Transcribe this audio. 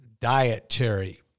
dietary